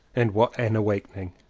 and what an awakening!